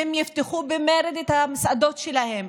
והם יפתחו במרד את המסעדות שלהם.